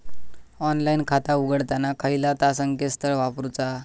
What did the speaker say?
Online खाता उघडताना खयला ता संकेतस्थळ वापरूचा?